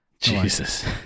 Jesus